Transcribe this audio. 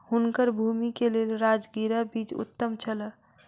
हुनकर भूमि के लेल राजगिरा बीज उत्तम छल